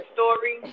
Story